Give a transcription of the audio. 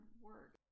work